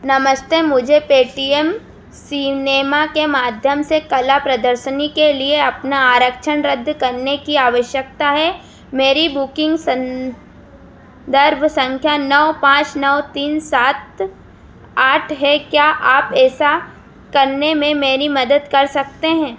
नमस्ते मुझे Paytm cinema के माध्यम से कला प्रदर्शनी के लिए अपना आरक्षण रद्द करने की आवश्यकता है मेरी बुकिंग संदर्भ संख्या नौ पाँच नौ तीन सात आठ है क्या आप ऐसा करने में मेरी मदद कर सकते हैं